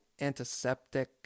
antiseptic